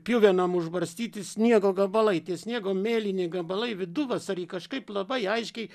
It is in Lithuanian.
pjuvenom užbarstyti sniego gabalai tie sniego mėlyni gabalai viduvasarį kažkaip labai aiškiai